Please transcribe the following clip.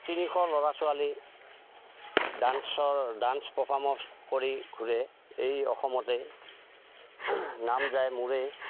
তিনিশ ল'ৰা ছোৱালী ডানন্সৰ ডান্স পফ্মস কৰি ঘূৰে এই অসমতে নাম যায় মূৰে